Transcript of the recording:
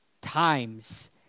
times